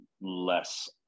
less